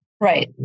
Right